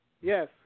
Yes